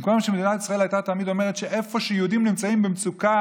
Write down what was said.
במקום שמדינת ישראל תמיד הייתה אומרת שאיפה שיהודים נמצאים במצוקה,